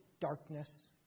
darkness